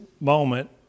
moment